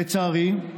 לצערי,